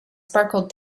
sparkled